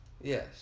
Yes